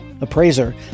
appraiser